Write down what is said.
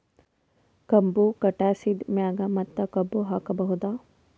ಕಬ್ಬು ಕಟಾಸಿದ್ ಮ್ಯಾಗ ಮತ್ತ ಕಬ್ಬು ಹಾಕಬಹುದಾ?